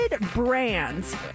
brands